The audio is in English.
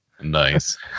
Nice